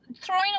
throwing